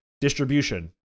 distribution